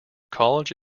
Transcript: college